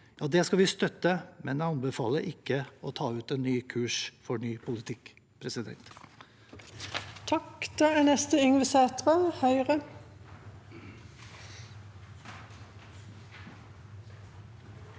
Det skal vi støtte, men jeg anbefaler ikke å stake ut en ny kurs for en ny politikk.